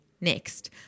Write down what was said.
next